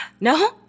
No